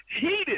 heated